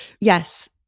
Yes